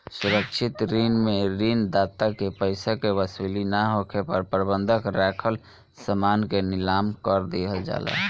सुरक्षित ऋण में ऋण दाता के पइसा के वसूली ना होखे पर बंधक राखल समान के नीलाम कर दिहल जाला